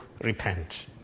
repent